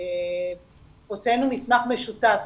וגם הוצאנו מסמך משותף